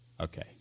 Okay